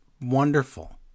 wonderful